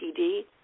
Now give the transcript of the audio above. PD